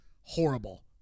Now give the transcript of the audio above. horrible